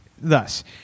thus